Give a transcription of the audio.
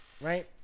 right